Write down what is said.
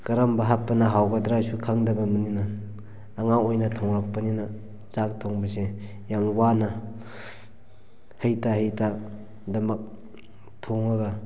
ꯀꯔꯝꯕ ꯍꯥꯞꯄꯅ ꯍꯥꯎꯒꯗ꯭ꯔꯁꯨ ꯈꯪꯗꯕꯅꯤꯅ ꯑꯉꯥꯡ ꯑꯣꯏꯅ ꯊꯣꯡꯉꯛꯄꯅꯤꯅ ꯆꯥꯛ ꯊꯣꯡꯕꯁꯦ ꯌꯥꯝ ꯋꯥꯅ ꯍꯩꯇ ꯍꯩꯇ ꯑꯗꯨꯝꯃꯛ ꯊꯣꯡꯉꯒ